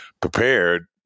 prepared